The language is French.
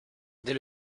dès